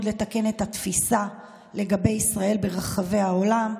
לתקן את התפיסה לגבי ישראל ברחבי העולם,